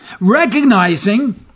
recognizing